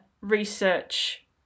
Research